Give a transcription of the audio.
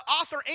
Author